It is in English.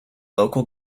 local